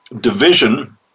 division